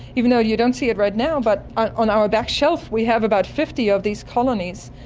even though you don't see it right now but on our back shelf we have about fifty of these colonies.